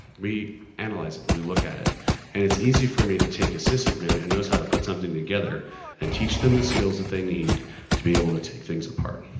we analyze it, we look at it and it's easy for me to take a sysadmin who knows how to put something together and teach them the skills that they need to be able to things apart.